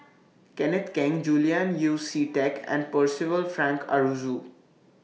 Kenneth Keng Julian Yeo See Teck and Percival Frank Aroozoo